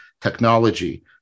technology